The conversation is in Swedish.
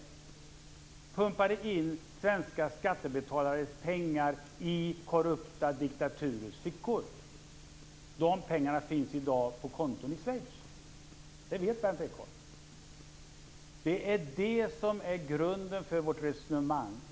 Vi pumpade in svenska skattebetalares pengar i korrupta diktatorers fickor. De pengarna finns i dag på konton i Schweiz, och det vet Berndt Det är detta som är grunden för vårt resonemang.